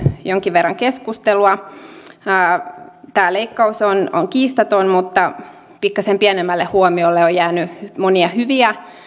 jonkin verran keskustelua tämä leikkaus on on kiistaton mutta pikkasen pienemmälle huomiolle on jäänyt monia hyviä